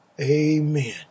Amen